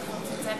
ומוסד.